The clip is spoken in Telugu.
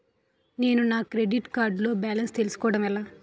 నేను నా క్రెడిట్ కార్డ్ లో బాలన్స్ తెలుసుకోవడం ఎలా?